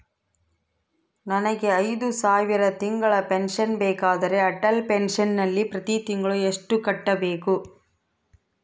ನನಗೆ ಐದು ಸಾವಿರ ತಿಂಗಳ ಪೆನ್ಶನ್ ಬೇಕಾದರೆ ಅಟಲ್ ಪೆನ್ಶನ್ ನಲ್ಲಿ ಪ್ರತಿ ತಿಂಗಳು ಎಷ್ಟು ಕಟ್ಟಬೇಕು?